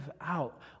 out